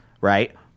right